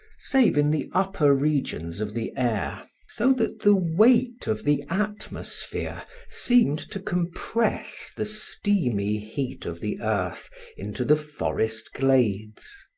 save in the upper regions of the air, so that the weight of the atmosphere seemed to compress the steamy heat of the earth into the forest glades.